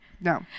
No